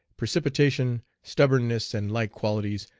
precipitation, stubbornness, and like qualities,